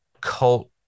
cult